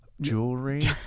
Jewelry